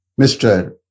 Mr